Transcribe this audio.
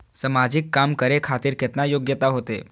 समाजिक काम करें खातिर केतना योग्यता होते?